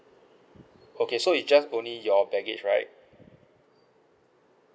okay so is just only your baggage right